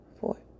four